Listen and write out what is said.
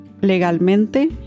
legalmente